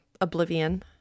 oblivion